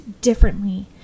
differently